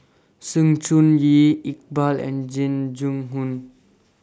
Sng Choon Yee Iqbal and Jing Jun Hong